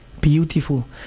beautiful